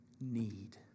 need